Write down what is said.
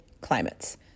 climates